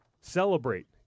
celebrate